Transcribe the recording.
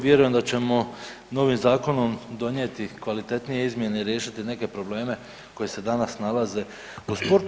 Vjerujem da ćemo novim zakonom donijeti kvalitetnije izmjene i riješiti neke probleme koji se danas nalaze u sportu.